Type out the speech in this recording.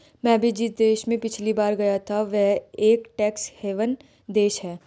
मैं भी जिस देश में पिछली बार गया था वह एक टैक्स हेवन देश था